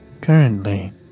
currently